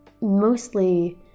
mostly